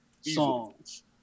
songs